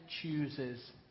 chooses